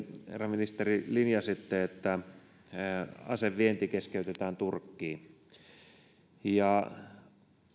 herra ministeri linjasitte että asevienti turkkiin keskeytetään ja